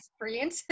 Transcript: Brilliant